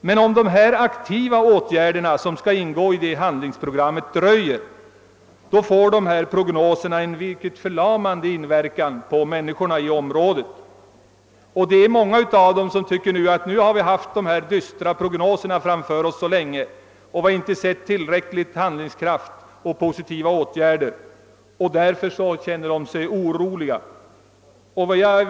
Men om de aktiva åtgärder som skall ingå i handlingsprogrammet dröjer, får prognoserna en förlamande inverkan på människorna i områdena 1 fråga. Många tycker nu, att de haft de dystra prognoserna framför sig länge utan att ha sett prov på tillräcklig handlingskraft och positiva åtgärder och känner sig därför oroliga.